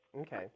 Okay